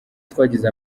twagize